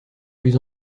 plus